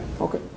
Okay